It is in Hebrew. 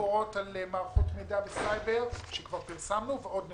ביקורות על מערכות מידע וסייבר שפרסמנו ועוד נפרסם.